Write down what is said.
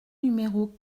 numéro